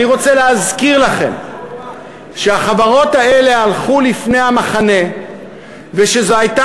אני רוצה להזכיר לכם שהחברות האלה הלכו לפני המחנה ושזאת הייתה